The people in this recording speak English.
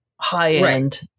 high-end